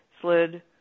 slid